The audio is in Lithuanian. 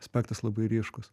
aspektas labai ryškūs